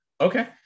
okay